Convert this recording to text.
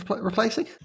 replacing